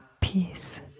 peace